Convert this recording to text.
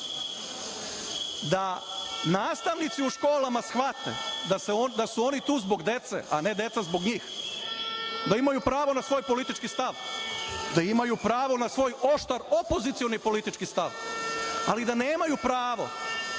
da nastavnici u školama shvate da su oni tu zbog dece, a ne deca zbog njih, da imaju pravo na svoj politički stav, da imaju pravo na svoj oštar opozicioni politički stav, ali da nemaju pravo